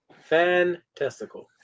Fantastical